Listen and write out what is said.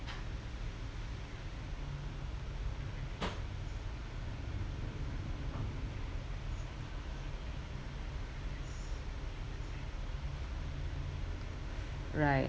right